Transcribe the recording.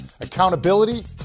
Accountability